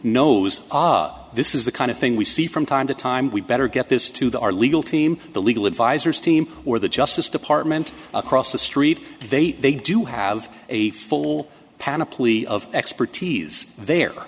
knows this is the kind of thing we see from time to time we better get this to the our legal team the legal advisors team or the justice department across the street they they do have a full panoply of expertise there